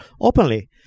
openly